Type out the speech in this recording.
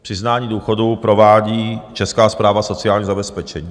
Přiznání důchodu provádí Česká správa sociálního zabezpečení.